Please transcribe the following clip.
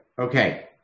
Okay